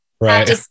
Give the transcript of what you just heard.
Right